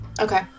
Okay